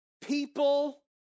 People